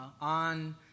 on